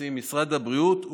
משרד הבריאות,